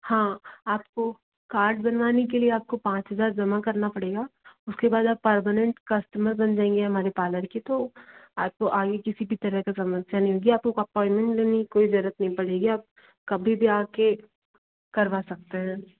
हाँ आपको कार्ड बनवाने के लिए आपको पांच हज़ार जमा करना पड़ेगा उसके बाद आप पारमानेंट कस्टमर बन जाएंगे हमारे पार्लर की तो आप को आगे किसी भी तरह का समस्या नहीं होगी आपको अपॉइंटमेंट लेने की कोई ज़रूरत नहीं पड़ेगी आप कभी भी आके करवा सकते हैं